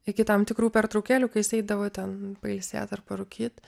iki tam tikrų pertraukėlių kai jis eidavo ten pailsėt ar parūkyt